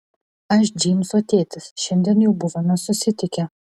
aš džeimso tėtis šiandien jau buvome susitikę